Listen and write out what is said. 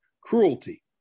cruelty